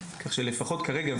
כך שלפחות כרגע,